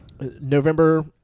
November